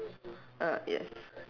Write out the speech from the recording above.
uh yes